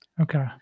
Okay